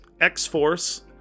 X-Force